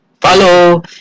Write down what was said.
follow